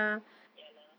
ya lah